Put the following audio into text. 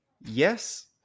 Yes